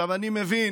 אני מבין